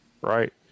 Right